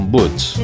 Boots